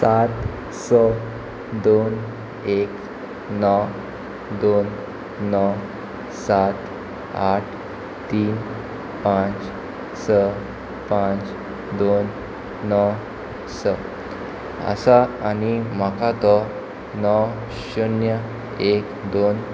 सात स दोन एक णव दोन णव सात आठ तीन पांच स पांच दोन णव स आसा आनी म्हाका तो णव शुन्य एक दोन